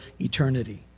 eternity